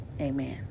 Amen